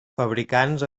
fabricants